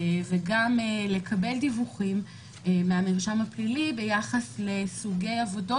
וגם לקבל דיווחים מהמרשם הפלילי ביחס לסוגי עבודות,